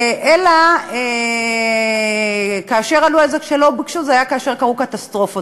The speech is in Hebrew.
אלא שכאשר עלו על זה שלא ביקשו זה היה כאשר קרו קטסטרופות,